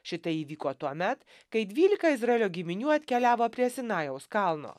šitai įvyko tuomet kai dvylika izraelio giminių atkeliavo prie sinajaus kalno